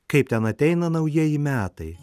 kaip ten ateina naujieji metai